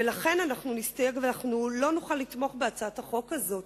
ולכן נסתייג ולא נוכל לתמוך בהצעת החוק הזאת,